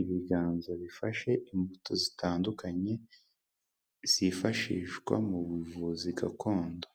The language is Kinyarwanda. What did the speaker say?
Ibiganza bifashe imbuto zitandukanye zifashishwa mu buvuzi gakondo,